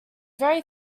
very